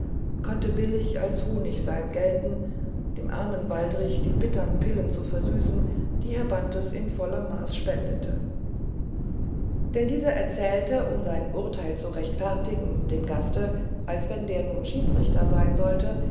konnte billig als honigseim gelten dem armen waldrich die bittern pillen zu versüßen die herr bantes in vollem maß spendete denn dieser erzählte um sein urteil zu rechtfertigen dem gaste als wenn der nun schiedsrichter sein sollte